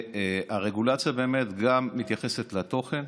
הרגולציה מתייחסת גם לתוכן